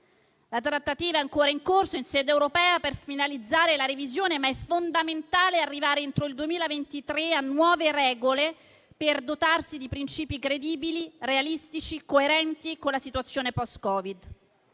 La trattativa è ancora in corso in sede europea per finalizzare la revisione, ma è fondamentale arrivare entro il 2023 a nuove regole, per dotarsi di principi credibili, realistici, coerenti con la situazione post-Covid.